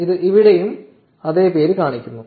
ഇത് ഇവിടെയും അതേ പേര് കാണിക്കുന്നു